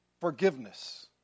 forgiveness